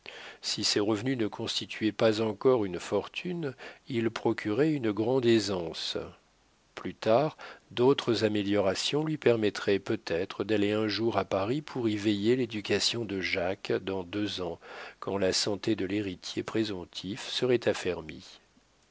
si ces revenus ne constituaient pas encore une fortune ils procuraient une grande aisance plus tard d'autres améliorations lui permettraient peut-être d'aller un jour à paris pour y veiller l'éducation de jacques dans deux ans quand la santé de l'héritier présomptif serait affermie